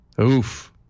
Oof